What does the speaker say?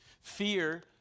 fear